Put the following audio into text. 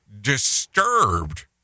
disturbed